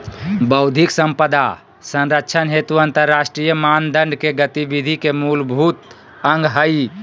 बौद्धिक संपदा संरक्षण हेतु अंतरराष्ट्रीय मानदंड के गतिविधि के मूलभूत अंग हइ